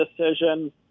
decision